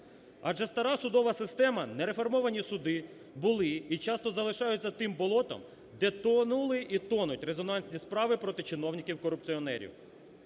Адже стара судова система, нереформовані суди були і часто залишаються тим болотом, де тонули і тонуть резонансні справи проти чиновників-корупціонерів.